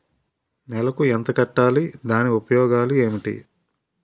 నెలకు ఎంత కట్టాలి? దాని ఉపయోగాలు ఏమిటి?